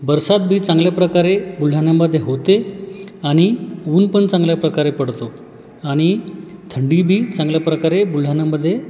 बरसात बी चांगल्याप्रकारे बुलढाण्यामध्ये होते आणि ऊन पण चांगल्याप्रकारे पडतो आणि थंडी बी चांगल्याप्रकारे बुलढाणामध्ये